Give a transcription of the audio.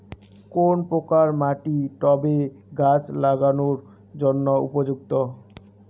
কোন প্রকার মাটি টবে গাছ লাগানোর জন্য উপযুক্ত?